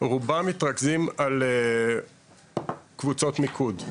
רובן מתרכזות בקבוצות מיקוד,